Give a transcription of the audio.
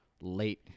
late